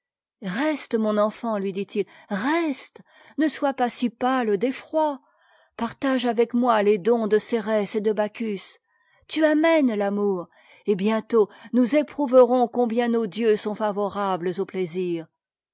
reste mpn enfant lui dit it reste et ne sois pas si pâle d'effroi partage avec moi les dons de cérè s et de bacchus tu amènes l'amour et bientôt nous épr o uverons combien nos dieux sont favoramës aux plaisirs